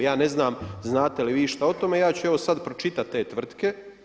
Ja ne znam znate li vi išta o tome, ja ću evo sad pročitati te tvrtke.